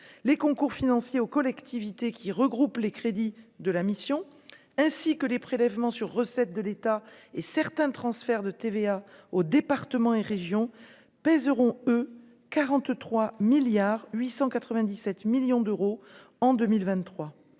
les concours financiers aux collectivités, qui regroupe les crédits de la mission, ainsi que les prélèvements sur recettes de l'État et certains transferts de TVA aux départements et régions pèseront E 43 milliards 897 millions d'euros en 2023,